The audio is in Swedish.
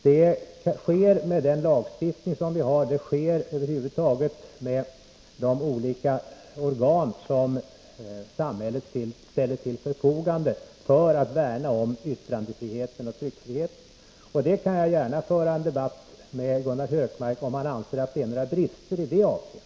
Det sker med den lagstiftning vi har, och det sker över huvud taget genom de olika organ som samhället ställer till förfogande för att värna om yttrandefriheten och tryckfriheten. Och jag kan gärna föra en debatt med Gunnar Hökmark, om han anser att det är några brister i det avseendet.